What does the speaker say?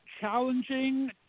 challenging